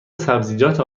سبزیجات